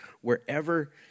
wherever